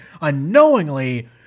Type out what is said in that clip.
unknowingly